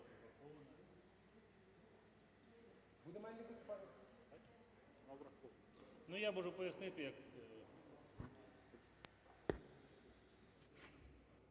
Дякую